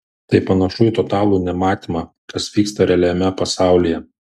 tai panašu į totalų nematymą kas vyksta realiame pasaulyje